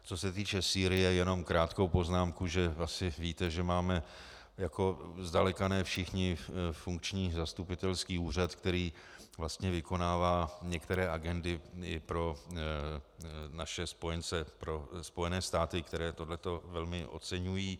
Co se týče Sýrie, jenom krátkou poznámku, že asi víte, že máme jako zdaleka ne všichni funkční zastupitelský úřad, který vlastně vykonává některé agendy i pro naše spojence, pro Spojené státy, které tohle to velmi oceňují.